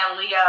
Leo